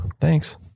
Thanks